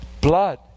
Blood